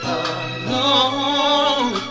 alone